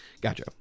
Gotcha